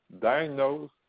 diagnose